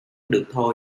được